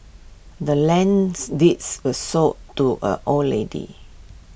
the land's deeds was sold to A old lady